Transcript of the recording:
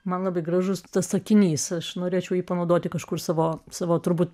man labai gražus tas sakinys aš norėčiau jį panaudoti kažkur savo savo turbūt